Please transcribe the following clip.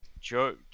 Joe